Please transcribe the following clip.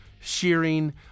shearing